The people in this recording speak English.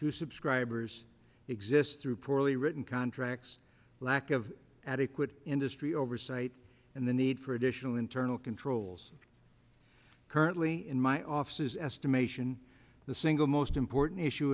to subscribers exists through poorly written contracts lack of adequate industry oversight and the need for additional internal controls currently in my offices estimation the single most important issue